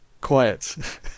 quiet